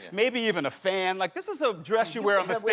maybe even a fan. like this is so dress you wear on the